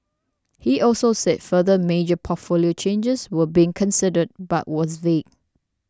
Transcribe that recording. he also said further major portfolio changes were being considered but was vague